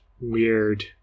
weird